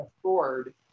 afford